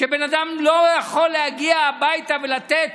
כשבן אדם לא יכול להגיע הביתה ולתת